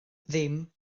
ddim